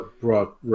brought